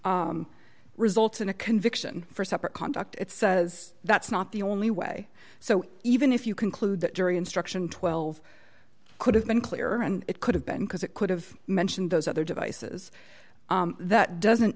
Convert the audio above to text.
conduct result in a conviction for separate conduct it says that's not the only way so even if you conclude that jury instruction twelve could have been clearer and it could have been because it could have mentioned those other devices that doesn't